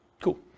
Cool